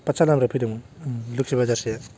पाटसालानिफ्राय फैदोंमोन लोखि बाजारसे